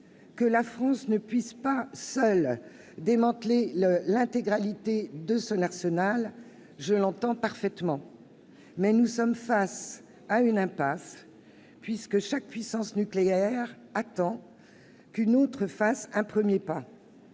Que la France ne puisse pas, seule, démanteler l'intégralité de son arsenal, je l'entends parfaitement. Mais nous sommes face à une impasse, puisque chaque puissance nucléaire attend qu'une autre fasse un premier pas